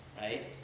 right